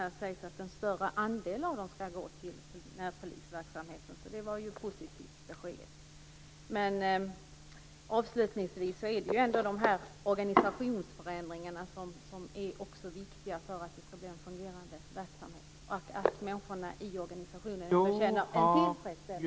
Här sägs det att en större andel av dem skall gå till närpolisverksamheten. Det var ett positivt besked. Avslutningsvis vill jag säga att organisationsförändringarna ändå är viktiga för att det skall bli en fungerande verksamhet och för att människorna i organisationen skall känna en tillfredsställelse.